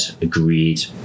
agreed